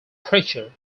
preacher